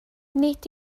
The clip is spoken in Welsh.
nid